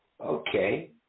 Okay